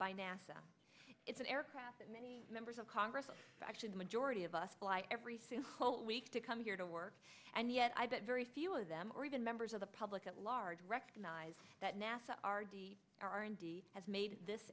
by nasa it's an aircraft that many members of congress actually the majority of us fly every single whole week to come here to work and yet i bet very few of them or even members of the public at large recognize that nasa r d r and d has made this